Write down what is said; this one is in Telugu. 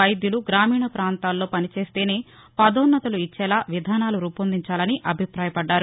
వైద్యులు గ్రామీణ పాంతాలలో పని చేస్తేనే పదోన్నతలు ఇచ్చేలా విధానాలు రూపొందించాలని అభిపాయపడ్గారు